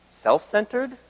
self-centered